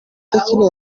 tekno